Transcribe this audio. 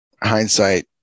hindsight